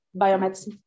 biomedicine